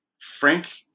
Frank